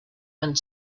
and